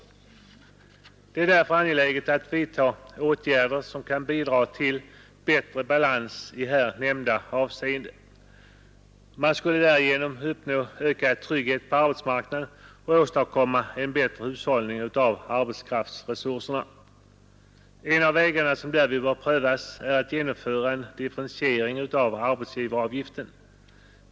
Det är därför angeläget att vidta åtgärder som kan bidra till bättre balans i här nämnda avseende. Man skulle därigenom uppnå ökad trygghet på arbetsmarknaden och åstadkomma en bättre hushållning med arbetskraftsresurserna. En av de vägar som då bör prövas är att genomföra en differentiering av arbetsgivaravgiften.